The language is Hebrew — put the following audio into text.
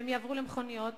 והם יעברו למכוניות.